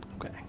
Okay